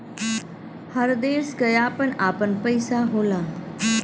हर देश क आपन आपन पइसा होला